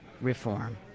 reform